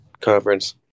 conference